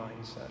mindset